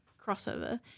crossover